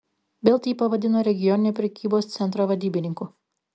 bild jį pavadino regioninio prekybos centro vadybininku